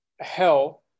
hell